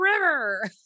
river